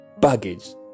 baggage